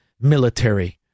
military